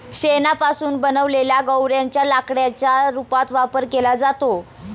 शेणापासून बनवलेल्या गौर्यांच्या लाकडाच्या रूपात वापर केला जातो